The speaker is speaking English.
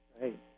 Right